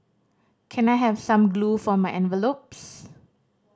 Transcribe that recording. can I have some glue for my envelopes